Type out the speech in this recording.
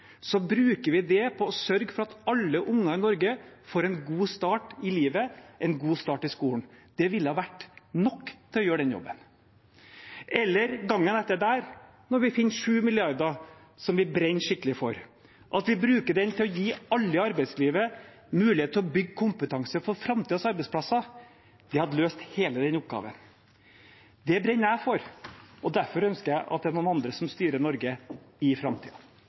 bruker vi det på å sørge for at alle unger i Norge får en god start i livet, en god start i skolen? Det ville vært nok til å gjøre den jobben. Eller gangen etter det, når vi finner 7 mrd. kr som vi brenner skikkelig for, kan vi love at vi bruker dem til å gi alle i arbeidslivet mulighet til å bygge kompetanse for framtidens arbeidsplasser? Det hadde løst hele den oppgaven. Det brenner jeg for, og derfor ønsker jeg at noen andre styrer Norge i